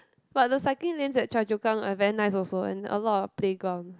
but the cycling lanes at Choa-Chu-Kang are very nice also and a lot of playgrounds